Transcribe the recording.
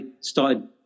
started